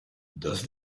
does